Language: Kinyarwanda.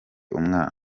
umwana